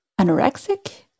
anorexic